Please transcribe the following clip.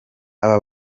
aba